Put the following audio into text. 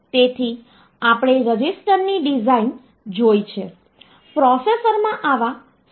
હવે તે જે પણ હોય તે માઇક્રોપ્રોસેસર અને માઇક્રોકન્ટ્રોલર કેટલાક કમ્પ્યુટિંગ તત્વો હોય છે